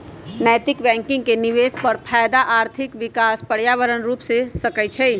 नैतिक बैंकिंग में निवेश पर फयदा आर्थिक, सामाजिक, पर्यावरणीय रूपे हो सकइ छै